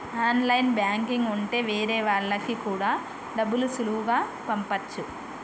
online banking ఉంటె వేరే వాళ్ళకి కూడా డబ్బులు సులువుగా పంపచ్చు